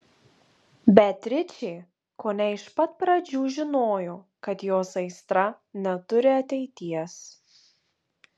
beatričė kone iš pat pradžių žinojo kad jos aistra neturi ateities